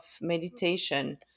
meditation